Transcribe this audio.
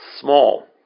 Small